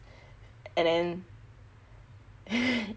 and then